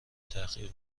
تحقیق